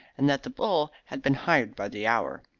and that the bull had been hired by the hour.